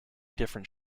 different